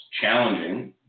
challenging